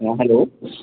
हॅं हेल्लो